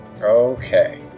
Okay